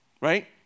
Right